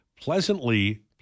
pleasantly